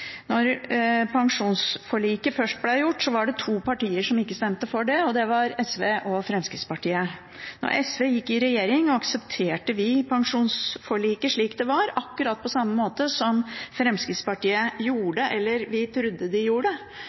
pensjonsforliket først kom i stand, var det to partier som ikke stemte for det, og det var SV og Fremskrittspartiet. Da SV gikk i regjering, aksepterte vi pensjonsforliket slik det var, akkurat på samme måte som Fremskrittspartiet gjorde – eller vi trodde de gjorde